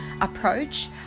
approach